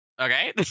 okay